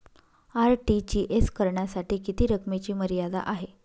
RTGS करण्यासाठी किती रकमेची मर्यादा आहे?